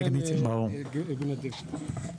ברור, תודה.